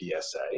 PSA